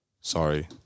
sorry